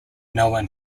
known